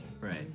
Right